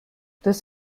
das